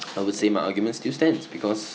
I would say my arguments still stands because